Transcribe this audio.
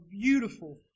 beautiful